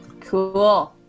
Cool